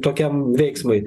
tokiam veiksmui